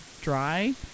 dry